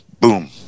boom